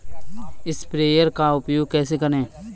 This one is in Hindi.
स्प्रेयर का उपयोग कैसे करें?